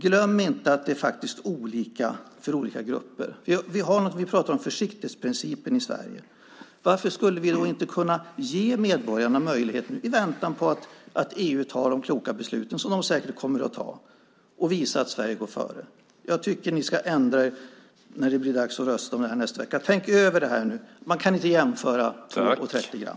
Glöm inte att det är olika för olika grupper. Vi talar om försiktighetsprincipen i Sverige. Varför skulle vi inte kunna ge medborgarna en möjlighet i väntan på att EU fattar de kloka besluten som det säkert kommer att fatta och visa att Sverige går före? Jag tycker att ni ska ändra er när det blir dags att rösta om detta nästa vecka. Tänk nu över det här. Man kan inte jämföra 2 gram med 30 gram.